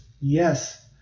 Yes